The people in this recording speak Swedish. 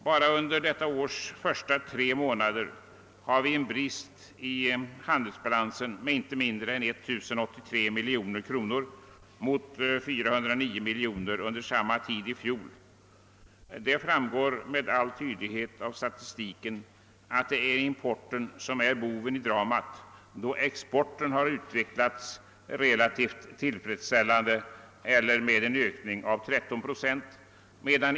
Bara under detta års första tre månader har vi en brist i handelsbalansen med inte mindre än 1 083 miljoner kronor mot 409 miljoner under samma tid i fjol. Det framgår med all tydlighet av statistiken att det är importen som är boven i dramat, eftersom exporten har utvecklats relativt tillfredsställande eller med en ökning av 13 procent.